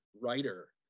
writer